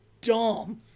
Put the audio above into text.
dumb